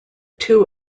two